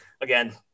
Again